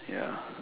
yeah